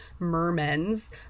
mermens